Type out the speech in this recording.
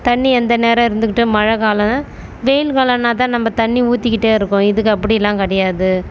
தண்ணி எந்த நேரம் இருந்துக்கிட்டு மழைக்காலம் வெயில் காலம்னால் தான் நம்ம தண்ணி ஊற்றிக்கிட்டே இருக்கோம் இதுக்கு அப்படிலாம் கிடையாது